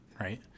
right